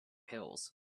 pills